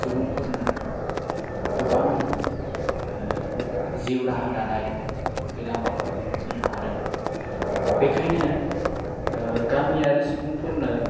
सुबुंफोरनो गोबां जिउ राहा दानाय बे लामाखौ होनो हादों बेखायनो गामियारि सुबुंफोरनो